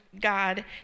God